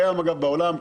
אגב, זה קיים בעולם.